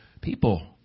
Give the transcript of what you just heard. People